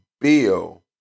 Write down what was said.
Bill